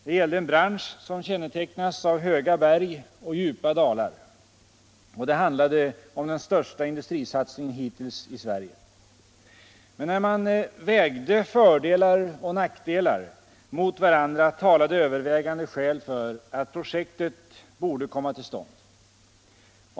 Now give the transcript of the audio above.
Det gällde en bransch som kännetecknas av höga berg och djupa dalar. Och det handlade om den största industrisatsningen hittills i Sverige. Men när man vägde fördelar och nackdelar mot varandra talade övervägande skäl för att projektet borde komma till stånd.